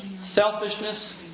selfishness